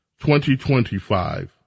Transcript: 2025